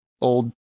old